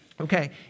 okay